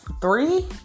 three